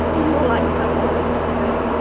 more like pasta and pesto.